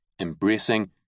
embracing